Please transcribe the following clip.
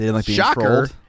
shocker